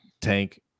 Tank